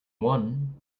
one